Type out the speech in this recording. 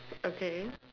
okay